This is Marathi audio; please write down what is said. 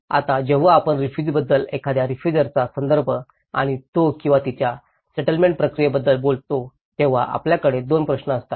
आता जेव्हा आपण रेफुजिर्साबद्दल एखाद्या रेफुजिर्साचा संदर्भ आणि तो किंवा तिच्या सेटलमेंट प्रक्रियेबद्दल बोलतो तेव्हा आपल्याकडे दोन प्रश्न असतात